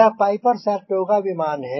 यह Piper Saratoga विमान है